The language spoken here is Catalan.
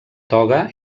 toga